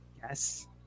yes